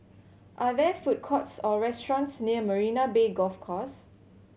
are there food courts or restaurants near Marina Bay Golf Course